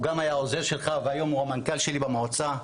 הוא היה העוזר שלך והיום הוא המנכ"ל שלי במועצה.